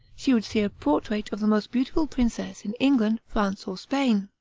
she would see a portrait of the most beautiful princess in england, france, or spain.